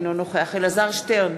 אינו נוכח אלעזר שטרן,